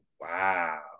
wow